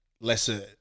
lesser